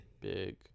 Big